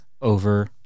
over